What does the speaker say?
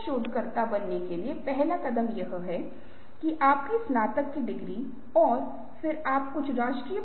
एक और बुद्धिशीलता विचार मंथन है मूल रूप से समूह में लोगों के दिमागों का मंथन है